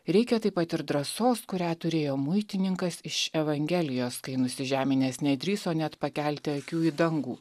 reikia taip pat ir drąsos kurią turėjo muitininkas iš evangelijos kai nusižeminęs nedrįso net pakelti akių į dangų